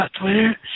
Twitter